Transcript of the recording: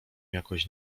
jakoś